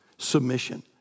Submission